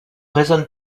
raisonne